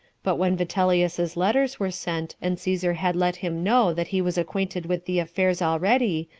but when vitellius's letters were sent, and caesar had let him know that he was acquainted with the affairs already,